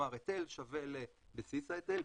היטל שווה לבסיס ההיטל,